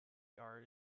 art